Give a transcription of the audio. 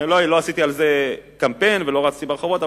לא עשיתי על זה קמפיין ולא רצתי ברחובות,